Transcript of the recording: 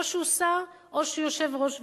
או שהוא שר או שהוא יושב-ראש ועדה.